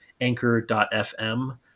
Anchor.fm